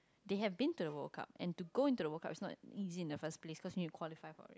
they have been to the World-Cup and to go into the World-Cup is not easy in the first place cause you need to qualify for it